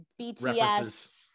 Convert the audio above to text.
bts